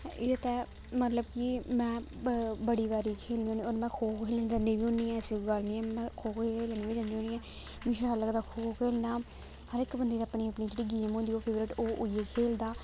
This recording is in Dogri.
एह् ते मतलब कि में बड़ी बारी खेलनी होन्नी होर में खो खो खेलन जन्नी बी होन्नी ऐ ऐसी कोई गल्ल निं ऐ में खो खो खेलन बी जन्नी होन्नी ऐ मिगी शैल लगदा खो खो खेलना हर इक बंदे दी अपनी अपनी जेह्ड़ी गेम होंदी ओह् फेवरट ओह् उ'ऐ खेलदा